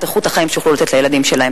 איכות החיים שיוכלו לתת לילדים שלהם.